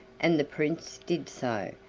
and the prince did so,